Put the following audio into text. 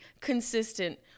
consistent